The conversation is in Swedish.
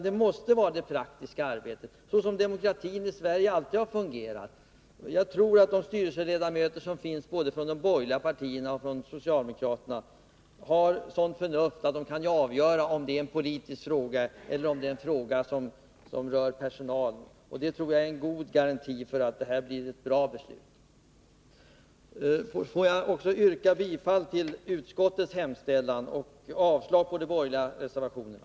Det måste vara det praktiska arbetet som avgör, så som demokratin i Sverige alltid har fungerat. Jag tror att de styrelseledamöter som finns, både från de borgerliga partierna och från socialdemokraterna, har sådant förnuft att de kan avgöra om det är en politisk fråga eller en fråga som berör personalen. Det tror jag är en god garanti för att det här blir ett bra beslut. Herr talman! Får jag också yrka bifall till utskottets hemställan och avslag på de borgerliga reservationerna.